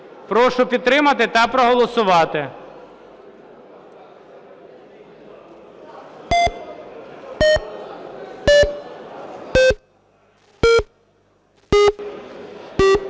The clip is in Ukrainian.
Прошу підтримати та проголосувати.